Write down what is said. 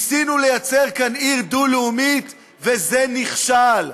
ניסינו ליצור כאן עיר דו-לאומית, וזה נכשל.